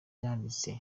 yanditse